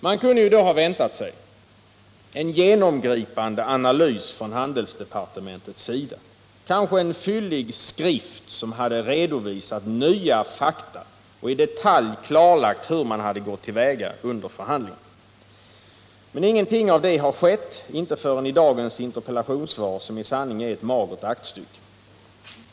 Man kunde då ha väntat sig en genomgripande analys från handelsdepartementet, kanske en fyllig skrift som redovisat nya fakta och i detalj klarlagt hur man gått till väga under förhandlingen. Men ingenting har publicerats förrän i dagens interpellationssvar, som i sanning är ett magert = Nr 31 aktstycke.